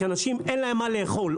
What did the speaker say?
כי לאנשים אין מה לאכול,